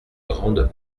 grande